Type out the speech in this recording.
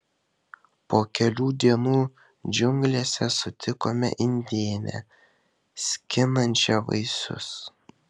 po kelių dienų džiunglėse sutikome indėnę skinančią vaisius